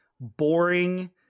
boring